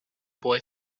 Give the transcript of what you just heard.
boy